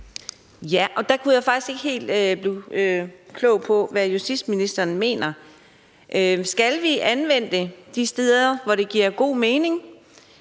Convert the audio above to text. (DF): Der kunne jeg faktisk ikke helt blive klog på, hvad justitsministeren mener. Skal vi anvende det de steder, hvor det giver god mening,